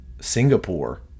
Singapore